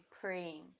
praying